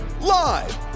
live